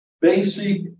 basic